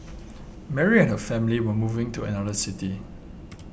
Mary and her family were moving to another city